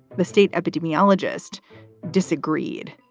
the state epidemiologist disagreed.